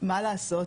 מה לעשות?